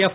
எப்